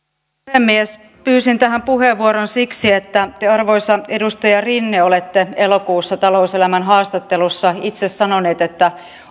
puhemies pyysin tähän puheenvuoron siksi että te arvoisa edustaja rinne olette elokuussa talouselämän haastattelussa itse sanonut että